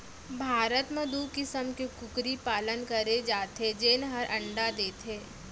भारत म दू किसम के कुकरी पालन करे जाथे जेन हर अंडा देथे